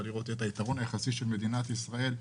לראות את היתרון היחסי של מדינת ישראל,